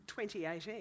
2018